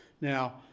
Now